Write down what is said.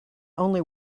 only